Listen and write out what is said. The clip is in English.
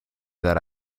that